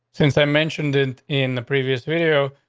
since i mentioned it in the previous video,